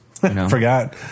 Forgot